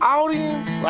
audience